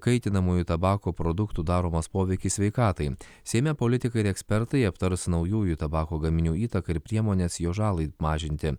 kaitinamųjų tabako produktų daromas poveikis sveikatai seime politikai ir ekspertai aptars naujųjų tabako gaminių įtaką ir priemones jos žalai mažinti